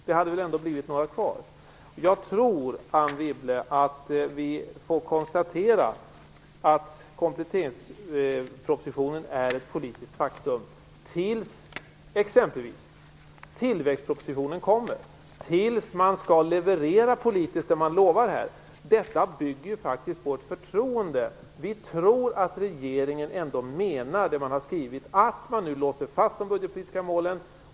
Några hade väl ändå blivit kvar? Jag tror, Anne Wibble, att vi får lov att konstatera att kompletteringspropositionen är ett politiskt faktum, tills exempelvis tillväxtpropositionen kommer och tills man politiskt skall leverera det som man lovar här. Detta bygger ju faktiskt på ett förtroende; vi tror att regeringen menar det man har skrivit och låser fast de budgetpolitiska målen.